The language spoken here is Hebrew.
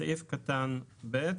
בסעיף קטן (ב)